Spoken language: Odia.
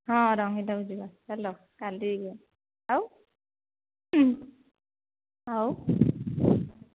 ହଁ ରବିବାରେ ଯିବା କାଲି ଯିବା ଆଉ ଆଉ